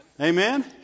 Amen